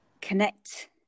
connect